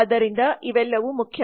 ಆದ್ದರಿಂದ ಇವೆಲ್ಲವೂ ಮುಖ್ಯ